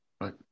right